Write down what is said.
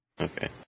Okay